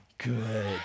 Good